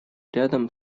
рядом